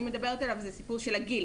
הוא הגיל.